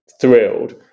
thrilled